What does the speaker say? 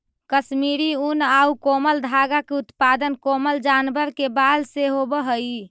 कश्मीरी ऊन आउ कोमल धागा के उत्पादन कोमल जानवर के बाल से होवऽ हइ